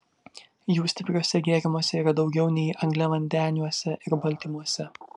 jų stipriuose gėrimuose yra daugiau nei angliavandeniuose ir baltymuose